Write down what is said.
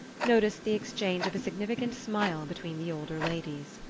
noticed the exchange of a significant smile between the older ladies.